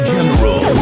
General